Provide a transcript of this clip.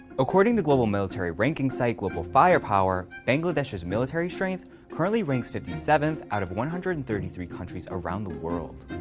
according to global military ranking site global firepower, bangladesh's military strength currently ranks fifty seventh out of one hundred and thirty three countries around the world.